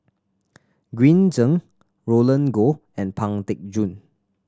Green Zeng Roland Goh and Pang Teck Joon